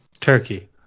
Turkey